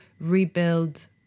rebuild